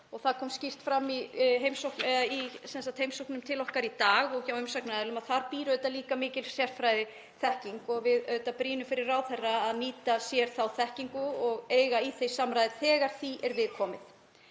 Það kom skýrt fram í heimsóknum til okkar í dag og hjá umsagnaraðilum að þar býr auðvitað líka mikil sérfræðiþekking og við brýnum fyrir ráðherra að nýta sér þá þekkingu og eiga í því samráði þegar því er við komið.